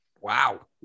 Wow